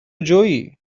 جویی